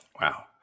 Wow